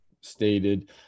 stated